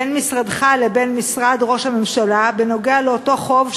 בין משרדך לבין משרד ראש הממשלה בנוגע לאותו חוב,